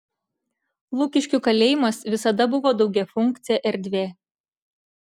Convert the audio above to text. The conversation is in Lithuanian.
lukiškių kalėjimas visada buvo daugiafunkcė erdvė